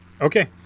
Okay